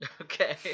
Okay